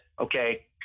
Okay